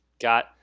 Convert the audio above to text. got